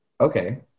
Okay